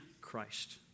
Christ